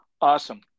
Awesome